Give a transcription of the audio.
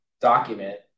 document